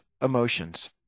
emotions